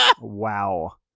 Wow